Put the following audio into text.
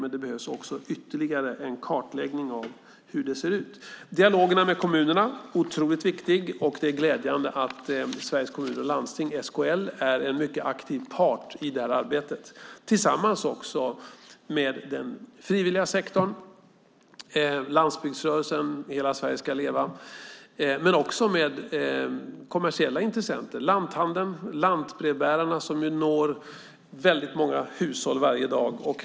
Men det behövs ytterligare en kartläggning av hur det ser ut. Dialogerna med kommunerna är otroligt viktig. Det är glädjande att Sveriges Kommuner och Landsting, SKL, är en mycket aktiv part i arbetet tillsammans med den frivilliga sektorn, landsbygdsrörelsen, Hela Sverige ska leva och också kommersiella intressenter - lanthandeln och lantbrevbärarna når väldigt många hushåll varje dag.